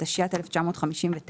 התשי"ט-1959,